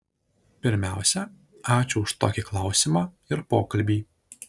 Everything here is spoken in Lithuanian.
pirmiausia ačiū už tokį klausimą ir pokalbį